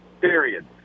period